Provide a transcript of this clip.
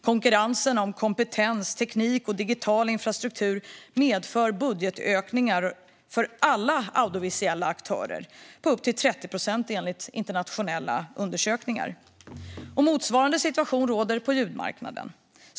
Konkurrensen om kompetens, teknik och digital infrastruktur medför budgetökningar för alla audiovisuella aktörer på upp till 30 procent, enligt internationella undersökningar. Motsvarande situation råder på ljudmarknaden.